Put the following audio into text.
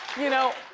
you know,